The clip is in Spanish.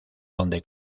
donde